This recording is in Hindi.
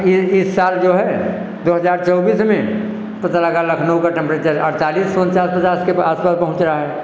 यह इस साल जो है दो हज़ार चौबीस में पता लगा लखनऊ का टेम्परेचर अड़तालीस उनचास पचास के आस पास पहुँच रहा है